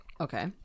Okay